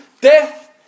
Death